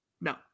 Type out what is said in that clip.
No